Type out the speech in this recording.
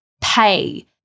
pay